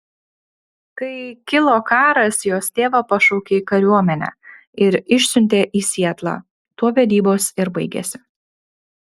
kai kilo karas jos tėvą pašaukė į kariuomenę ir išsiuntė į sietlą tuo vedybos ir baigėsi